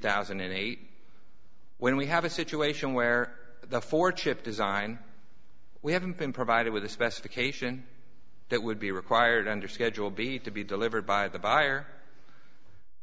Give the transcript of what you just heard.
thousand and eight when we have a situation where the four chip design we haven't been provided with the specification that would be required under schedule b to be delivered by the buyer